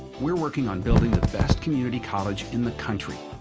we are working on building the best community college in the country.